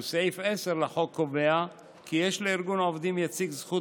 וסעיף 10 לחוק קובע כי יש לארגון עובדים יציג זכות